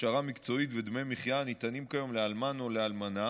להכשרה מקצועית ודמי מחיה הניתנים כיום לאלמן או אלמנה